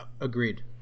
Agreed